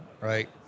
right